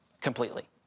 completely